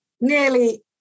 nearly